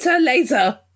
Later